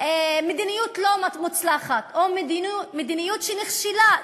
מדיניות לא מוצלחת או מדיניות שנכשלה.